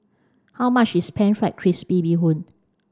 how much is pan fried crispy Bee Hoon